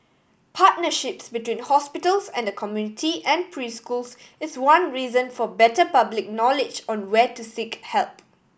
partnerships between hospitals and the community and preschools is one reason for better public knowledge on where to seek help